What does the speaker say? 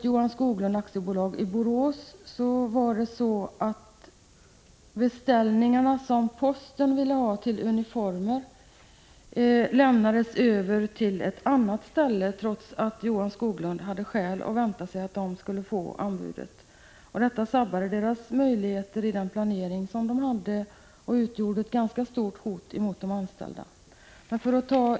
Postens beställning av uniformer gick till ett annat företag, trots att Johan Skoglund AB hade skäl att vänta sig att företaget skulle få beställningen. Härigenom saboterades företagets planering, och de anställdas trygghet hotades. Företaget har dock trots allt klarat sig.